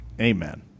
amen